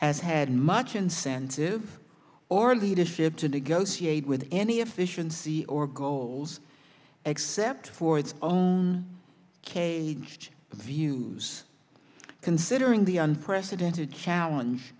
has had much incentive or leadership to negotiate with any efficiency or goals except for its own cage views considering the unprecedented challenge